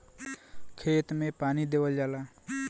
खेत मे पानी देवल जाला